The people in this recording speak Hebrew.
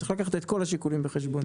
צריך לקחת את כל השיקולים בחשבון.